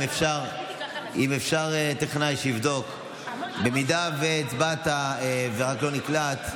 אם אפשר שטכנאי יבדוק אם הצבעת ורק לא נקלט.